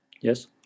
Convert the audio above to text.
yes